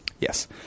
yes